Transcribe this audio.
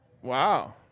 Wow